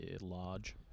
large